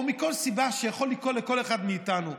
או כל סיבה שיכולה לקרות לכל אחד מאיתנו.